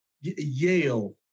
Yale